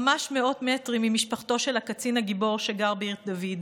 ממש מאות מטרים ממשפחתו של הקצין הגיבור שגר בעיר דוד.